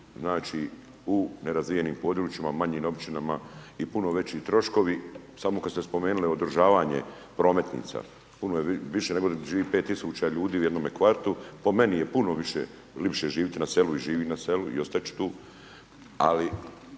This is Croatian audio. znači u nerazvijenim područjima, manjim općinama i puno veći troškovi, samo kad ste spomenuli održavanje prometnica, puno je više nego di živi 5.000 ljudi u jednome kvartu, po meni je puno više, lipše živit na selu i živin na selu i ostat ću tu.